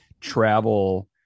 travel